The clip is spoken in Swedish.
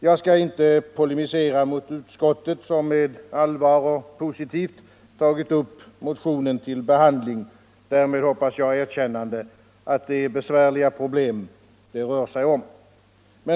Jag skall inte polemisera mot utskottet, som med allvar och positivt tagit upp motionen till behandling — därmed, hoppas jag, erkännande att det är besvärliga problem det rör sig om.